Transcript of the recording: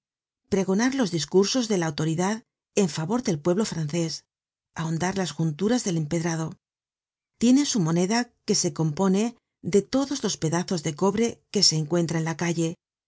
pregonar los discursos de la autoridad en favor del pueblo francés ahondar las junturas del empedrado tiene su moneda que se compone de todos los pedazos de cobre que se encuentra en la calle